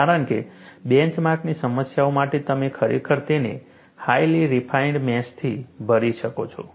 કારણ કે બેન્ચ માર્કની સમસ્યાઓ માટે તમે ખરેખર તેને હાઈલી રિફાઇન્ડ મેશથી ભરી શકો છો